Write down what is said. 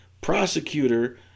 prosecutor